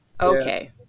Okay